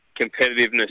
competitiveness